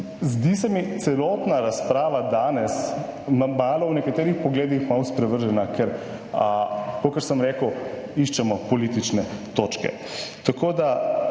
zdi se mi celotna razprava danes malo, v nekaterih pogledih malo sprevržena, ker kakor sem rekel, iščemo politične točke. Tako da